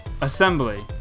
Assembly